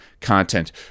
content